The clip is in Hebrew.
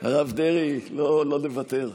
הרב דרעי, לא נוותר.